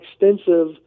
extensive –